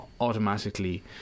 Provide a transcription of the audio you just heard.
automatically